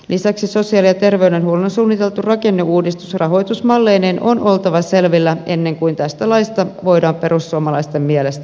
lisäksi sosiaali ja terveydenhuollon suunniteltu rakenneuudistus rahoitusmalleineen on oltava selvillä ennen kuin tästä laista voidaan perussuomalaisten mielestä päättää